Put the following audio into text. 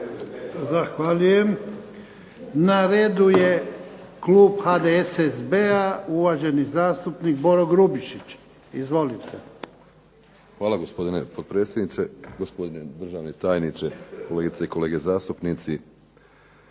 Zahvaljujem. Na redu je klub HDSSB-a, uvaženi zastupnik Boro Grubišić. Izvolite. **Grubišić, Boro (HDSSB)** Hvala gospodine potpredsjedniče, gospodine državni tajniče, kolegice i kolege zastupnici.